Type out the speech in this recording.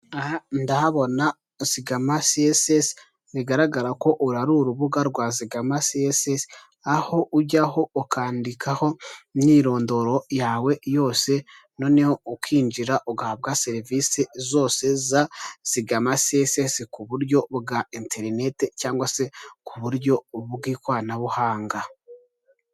Umugore wirabura ufite imisatsi myinshi y’umukara namaso ajya kuba matoya wambaye ikanzu iri mu ibara ry'umutuku, umweru, ndetse n’umukara ahagaze imbere y’ igikuta gifite ibara ry'mweru.